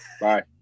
Bye